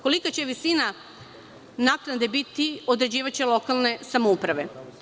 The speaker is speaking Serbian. Kolika će visina naknade biti određivaće lokalne samouprave.